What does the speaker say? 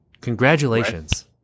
congratulations